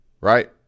right